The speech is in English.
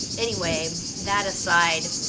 anyway, that aside,